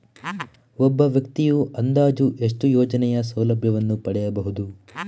ಒಬ್ಬ ವ್ಯಕ್ತಿಯು ಅಂದಾಜು ಎಷ್ಟು ಯೋಜನೆಯ ಸೌಲಭ್ಯವನ್ನು ಪಡೆಯಬಹುದು?